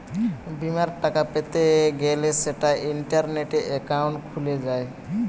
বিমার টাকা পেতে গ্যলে সেটা ইন্টারনেটে একাউন্ট খুলে যায়